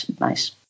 nice